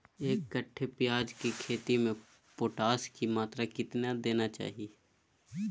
एक कट्टे प्याज की खेती में पोटास की मात्रा कितना देना चाहिए?